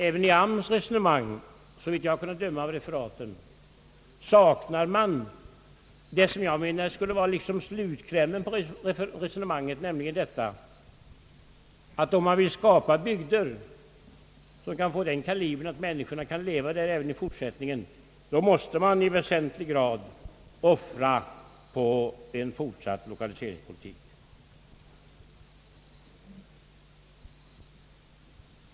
Även i arbetsmarknadsstyrelsens resonemang saknas — såvitt jag kunde döma av referaten — vad som enligt min mening skulle vara slutklämmen, nämligen att man om man vill skapa bygder där människor kan leva även i fortsättningen i väsentlig grad måste offra medel på en fortsatt lokaliseringspolitik.